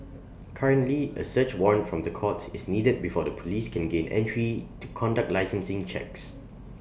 currently A search warrant from the courts is needed before the Police can gain entry to conduct licensing checks